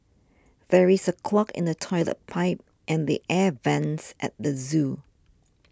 there is a clog in the Toilet Pipe and the Air Vents at the zoo